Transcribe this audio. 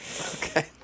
okay